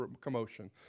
commotion